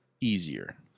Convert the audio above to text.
easier